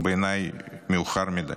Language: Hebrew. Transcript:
בעיניי מאוחר מדי.